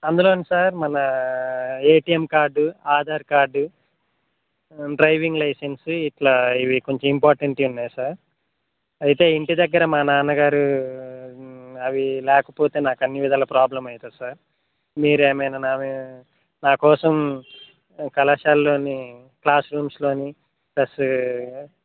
అందులోని సార్ మన ATM card Aadhaar card driving licence ఇట్లా ఇవి కొంచెం ఇంపార్టెంట్ వి ఉన్నాయి సార్ అయితే ఇంటి దగ్గర మా నాన్నగారు అవి లేకపోతే నాకు అన్ని విధాలు ప్రాబ్లం అవుతుంది సార్ మీరేమైనా నా నాకోసం కళాశాలలోని క్లాస్ రూమ్స్లోని ప్లస్